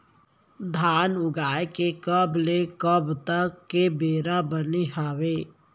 धान उगाए के कब ले कब तक के बेरा बने हावय?